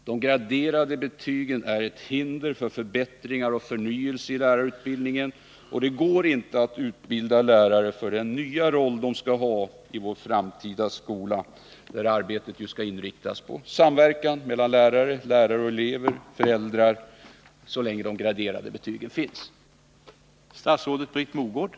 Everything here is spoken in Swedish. De graderade betygen är ett hinder för förbättringar och förnyelse i lärarutbildningen, och det går inte att utbilda lärare för den nya roll de skall ha i vår framtida skola — där arbetet skall inriktas på samverkan lärare emellan, mellan lärare och föräldrar och mellan lärare och elever och där också lärarna skall ha en viktigare social funktion —